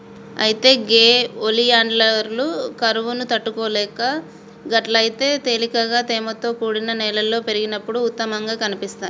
అయితే గే ఒలియాండర్లు కరువును తట్టుకోగలవు గట్లయితే తేలికగా తేమతో కూడిన నేలలో పెరిగినప్పుడు ఉత్తమంగా కనిపిస్తాయి